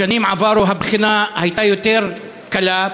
בשנים עברו הבחינה הייתה יותר קלה,